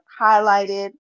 highlighted